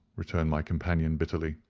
returned my companion, bitterly.